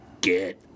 Get